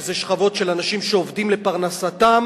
שזה שכבות של אנשים שעובדים לפרנסתם,